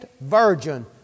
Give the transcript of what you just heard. virgin